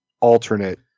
alternate